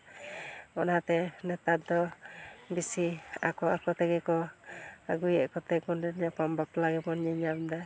ᱚᱱᱟᱛᱮ ᱱᱮᱛᱟᱨ ᱫᱚ ᱵᱤᱥᱤ ᱟᱠᱚ ᱟᱠᱚ ᱛᱮᱜᱮᱠᱚ ᱟᱹᱜᱩᱭᱮᱫ ᱠᱚᱛᱮ ᱠᱚᱸᱰᱮᱞ ᱧᱟᱯᱟᱢ ᱵᱟᱯᱞᱟ ᱜᱮᱵᱚᱱ ᱧᱮᱞᱧᱟᱢᱮᱫᱟ